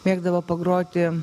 mėgdavo pagroti